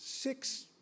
six